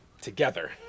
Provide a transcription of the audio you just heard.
together